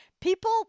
People